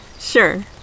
Sure